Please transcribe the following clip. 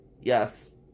Yes